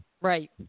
right